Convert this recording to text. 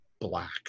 black